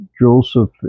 Joseph